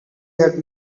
had